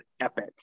epic